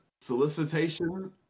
Solicitation